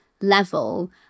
level